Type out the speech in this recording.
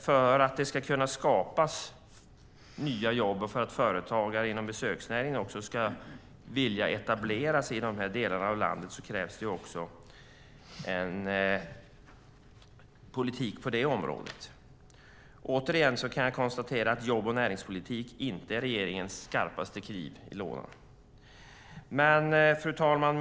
För att det ska kunna skapas nya jobb och för att företagare inom besöksnäringen ska vilja etablera sig i de här delarna av landet krävs det en politik också på det området. Återigen kan jag konstatera att jobb och näringspolitik inte är regeringens skarpaste kniv i lådan. Fru talman!